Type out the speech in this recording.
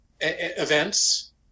events